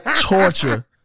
torture